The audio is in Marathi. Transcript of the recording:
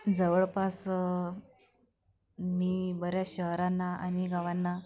जवळपास मी बऱ्याच शहरांना आणि गावांना